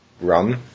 run